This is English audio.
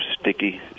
sticky